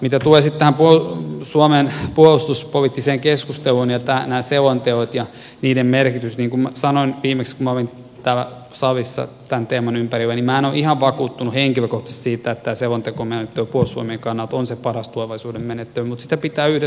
mitä tulee sitten tähän suomen puolustuspoliittiseen keskusteluun ja näihin selontekoihin ja niiden merkitykseen niin niin kuin minä sanoin viimeksi kun minä olin täällä salissa tämän teeman ympärillä minä henkilökohtaisesti en ole ihan vakuuttunut siitä että tämä selontekomenettely on puolustusvoimien kannalta se paras menettely tulevaisuudessa